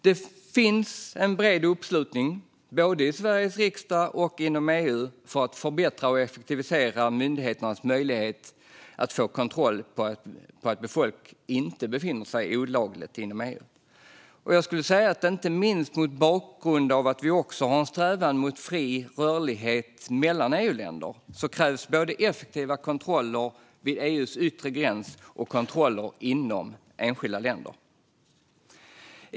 Det finns en bred uppslutning både i Sveriges riksdag och inom EU för att förbättra och effektivisera myndigheternas möjligheter att få kontroll över att folk inte befinner sig olagligt inom EU. Inte minst mot bakgrund av att vi också har en strävan mot fri rörlighet mellan EU-länder krävs både effektiva kontroller vid EU:s yttre gräns och kontroller inom enskilda länder.